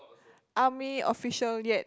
army official yet